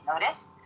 notice